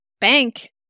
bank